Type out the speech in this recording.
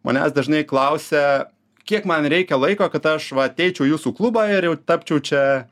manęs dažnai klausia kiek man reikia laiko kad aš va ateičiau į jūsų klubą ir jau tapčiau čia